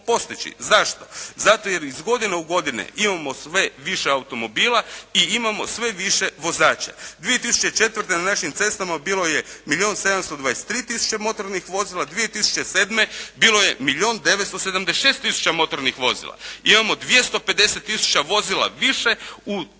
Zato jer iz godine u godinu imamo sve više automobila i imamo sve više vozača. 2004. na našim cestama bilo je milijun 723 tisuće motornih vozila, 2007. bilo je milijun 976 tisuća motornih vozila. Imamo 250 tisuća vozila više u tri